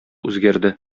үзгәрде